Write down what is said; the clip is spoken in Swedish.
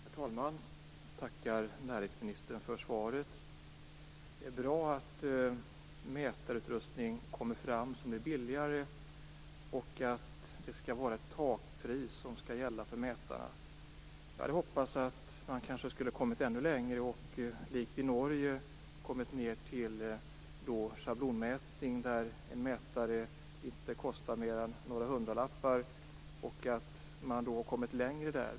Herr talman! Jag tackar näringsministern för svaret. Det är bra att billigare mätarutrustning kommer fram och att ett takpris skall gälla för mätarna. Jag hade hoppats att man hade kommit ännu längre och, likt i Norge, bestämt sig för ett system med schablonmätning. En mätare kostar inte mer än några hundralappar där. Man har kommit längre.